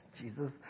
Jesus